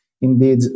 Indeed